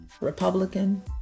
Republican